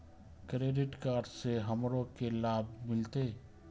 Credit card से हमरो की लाभ मिलते?